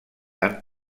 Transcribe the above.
tan